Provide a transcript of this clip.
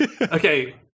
Okay